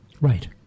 right